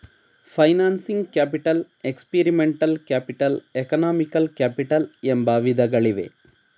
financing capital, experimental capital, economical capital ಎಂಬ ವಿಧಗಳಿವೆ